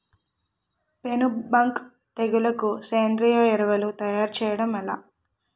పేను బంక తెగులుకు సేంద్రీయ ఎరువు తయారు చేయడం ఎలా?